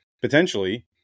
potentially